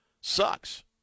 sucks